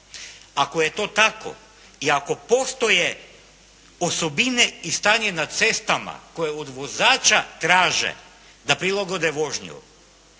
Ako je to tako i ako postoje osobine i stanje na cestama koje od vozača traže da prilagode vožnju